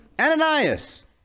Ananias